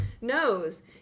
knows